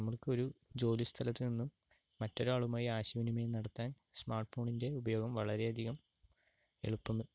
നമുക്കൊരു ജോലി സ്ഥലത്തുനിന്നും മറ്റൊരാളുമായി ആശയവിനിമയം നടത്താൻ സ്മാർട്ട് ഫോണിൻ്റെ ഉപയോഗം വളരെയധികം എളുപ്പം